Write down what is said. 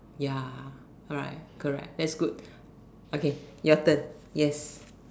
ya correct correct that's good okay your turn yes